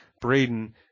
Braden